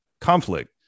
conflict